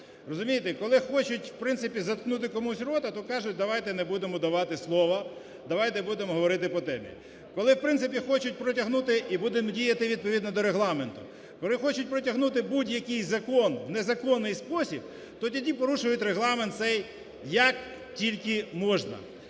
Розумієте, коли хочуть в принципі заткнути комусь рота, то кажуть, давайте не будемо давати слово, давайте будемо говорити по темі. Коли в принципі хочуть протягнути… і будемо діяти відповідно до Регламенту, коли хочуть протягнути будь-який закон в незаконний спосіб, то тоді порушують Регламент цей як тільки можна.